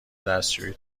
دستشویی